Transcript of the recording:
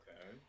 Okay